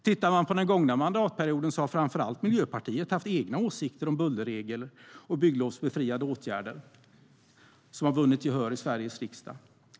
Tittar vi på den gångna mandatperioden ser vi att framför allt Miljöpartiet har haft egna åsikter om bullerregler och bygglovsbefriade åtgärder, som har vunnit gehör i Sveriges riksdag.